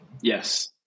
Yes